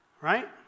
Right